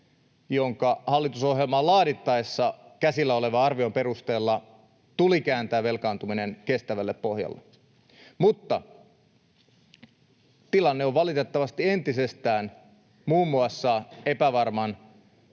jonka hallitusohjelmaa laadittaessa käsillä olleen arvion perusteella tuli kääntää velkaantuminen kestävälle pohjalle. Mutta tilanne on valitettavasti entisestään muun muassa epävarman